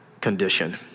condition